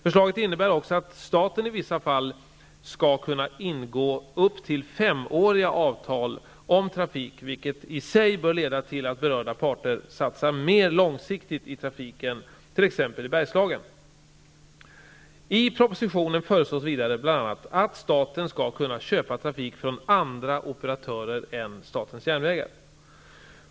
Förslaget innebär också att staten i vissa fall skall kunna ingå upp till femåriga avtal om trafik, vilket i sig bör leda till att berörda parter satsar mer långsiktigt i trafiken, t.ex. i Bergslagen. I propositionen föreslås vidare bl.a. att staten skall kunna köpa trafik från andra operatörer än SJ.